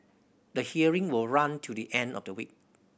the hearing will run till the end of the week